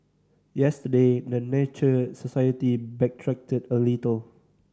yesterday the Nature Society backtracked a little